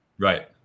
right